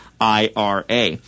IRA